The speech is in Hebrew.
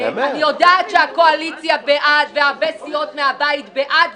אני יודעת שהקואליציה בעד והרבה סיעות מהבית בעד,